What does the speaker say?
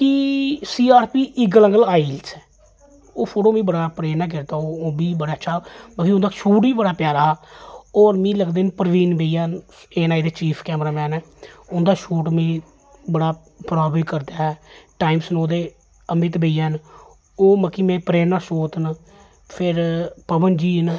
कि C R P इगल आंह्गर आई ऐ उत्थें ओह् फोटो मिगी बड़ा प्रेरना करदा ओह् ओह् बी बड़ा अच्छा बाकी उं'दा शूट बी बड़ा प्यारा हा होर मिगी लगदे न प्रवीण भैया न ऐ एन आई दी चीफ कैमरा मैन ऐ उं'दा शूट मिगी बड़ा प्रभावत करदा ऐ टाइम्स नौ दे अमित भैया न ओह् मतलब कि मेरी प्रेरणा स्रोत न फिर पवन जी ना